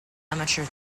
amateur